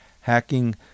hacking